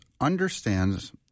understands